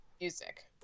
music